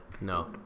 No